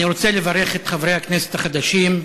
אני רוצה לברך את חברי הכנסת החדשים,